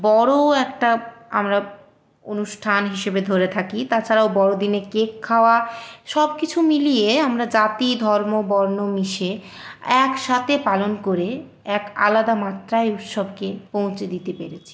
বড়ো একটা আমরা অনুষ্ঠান হিসেবে ধরে থাকি তাছাড়াও বড়দিনে কেক খাওয়া সবকিছু মিলিয়ে আমরা জাতি ধর্ম বর্ণ মিশে একসাথে পালন করে এক আলাদা মাত্রায় উৎসবকে পৌঁছে দিতে পেরেছি